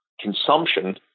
consumption